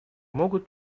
могут